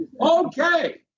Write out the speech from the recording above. Okay